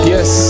Yes